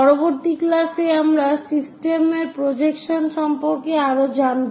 পরবর্তী ক্লাসে আমরা সিস্টেমের প্রজেকশন সম্পর্কে আরও জানব